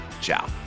Ciao